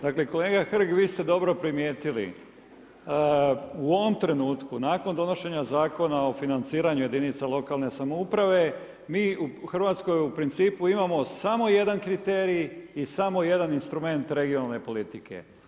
Dakle kolega Hrg, vi ste dobro primijetili u ovom trenutku nakon donošenja Zakona o financiranju jedinica lokalne samouprave mi u Hrvatskoj u principu imamo samo jedan kriterij i samo jedan instrument regionalne politike.